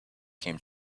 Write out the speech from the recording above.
came